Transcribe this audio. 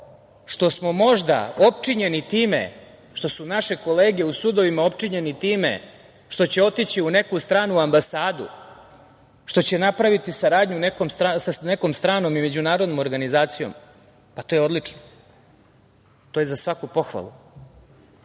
što smo možda opčinjeni time, što su naše kolege u sudovima opčinjene time što će otići u neku stranu ambasadu, što će napraviti saradnju sa nekom stranom međunarodnom organizacijom, pa to je odlično, to je za svaku pohvalu,